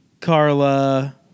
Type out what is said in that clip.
Carla